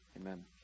amen